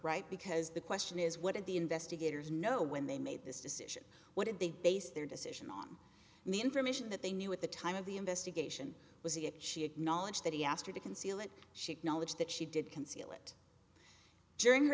right because the question is what are the investigators know when they made this decision what did they base their decision on the information that they knew at the time of the investigation was if she had knowledge that he asked her to conceal it she acknowledged that she did conceal it during her